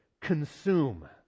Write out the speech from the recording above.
Consume